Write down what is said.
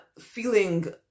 feeling